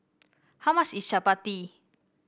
how much is Chapati